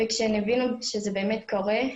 וכשהם הבינו שזה באמת קורה,